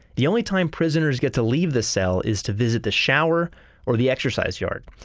the only time prisoners get to leave the cell is to visit the shower or the exercise yard.